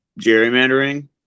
gerrymandering